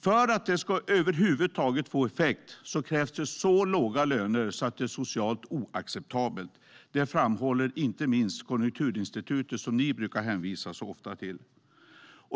För att det över huvud taget ska få effekt krävs det så låga löner att det är socialt oacceptabelt. Det framhåller inte minst Konjunkturinstitutet, som ni så ofta brukar hänvisa till.